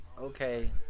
okay